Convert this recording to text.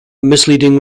misleading